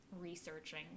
researching